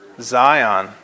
Zion